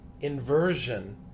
inversion